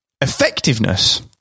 Effectiveness